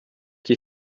die